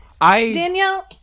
Danielle